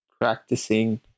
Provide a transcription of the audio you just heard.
practicing